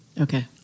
Okay